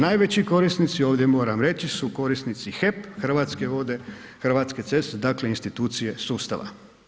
Najveći korisnici, ovdje moram reći, su korisnici HEP, Hrvatske vode, Hrvatske ceste dakle institucije sustava.